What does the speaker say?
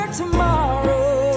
tomorrow